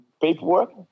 Paperwork